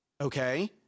Okay